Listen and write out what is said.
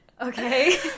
Okay